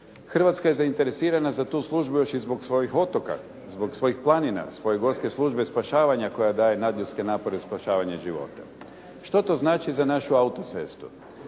Hrvatska je zainteresirana za tu službu još i zbog svojih otoka, zbog svojih planina, zbog svoje gorske službe spašavanja koja daje nadljudske napore u spašavanju života. Što to znači za našu autocestu?